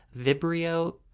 Vibrio